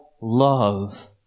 love